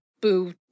Boo